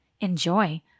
enjoy